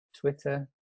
Twitter